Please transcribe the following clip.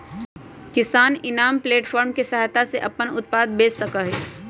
किसान इनाम प्लेटफार्म के सहायता से अपन उत्पाद बेच सका हई